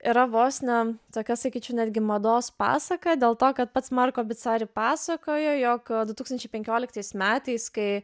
yra vos ne tokia sakyčiau netgi mados pasaka dėl to kad pats markobicari pasakojo jog du tūkstančiai penkioliktais metais kai